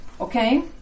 Okay